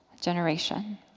generation